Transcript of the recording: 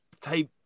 type